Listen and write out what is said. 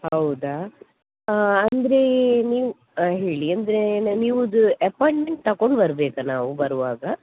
ಹೌದಾ ಅಂದರೆ ನೀವು ಹಾಂ ಹೇಳಿ ಅಂದರೆ ನಿಮ್ಮದು ಅಪಾಯಿಂಟ್ಮೆಂಟ್ ತಕೊಂಡು ಬರಬೇಕಾ ನಾವು ಬರುವಾಗ